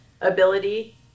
ability